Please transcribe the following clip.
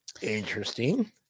interesting